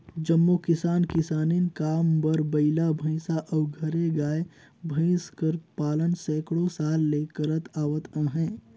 जम्मो किसान किसानी काम बर बइला, भंइसा अउ घरे गाय, भंइस कर पालन सैकड़ों साल ले करत आवत अहें